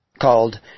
called